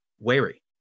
wary